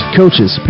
coaches